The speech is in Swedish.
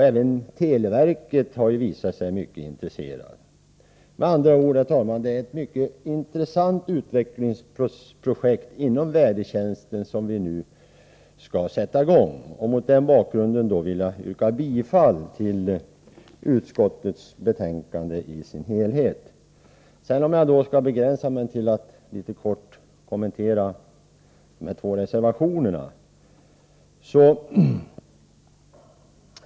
Även televerket har visat sig mycket intresserat. Herr talman! Det är således ett mycket intressant utvecklingsprojekt inom vädertjänsten vi nu skall sätta i gång. Mot den bakgrunden vill jag yrka bifall till hemställan i utskottets betänkande i dess helhet. Jag skall sedan begränsa mitt anförande till att kort kommentera de två reservationerna.